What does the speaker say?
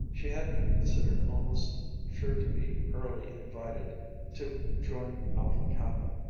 she had been considered almost sure to be early invited to join alpha kappa,